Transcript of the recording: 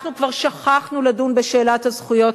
אנחנו כבר שכחנו לדון בשאלת הזכויות,